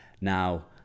Now